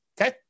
Okay